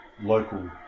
local